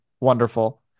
Wonderful